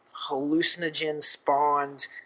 hallucinogen-spawned